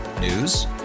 News